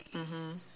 mmhmm